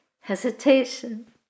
hesitation